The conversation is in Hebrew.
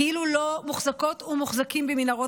כאילו לא מוחזקות ומוחזקים במנהרות